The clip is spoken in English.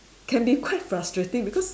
can be quite frustrating because